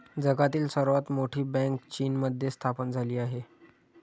जगातील सर्वात मोठी बँक चीनमध्ये स्थापन झाली आहे